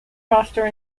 roster